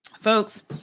Folks